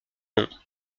nom